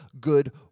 good